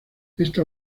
esta